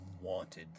wanted